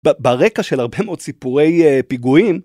ברקע של הרבה מאוד סיפורי פיגועים.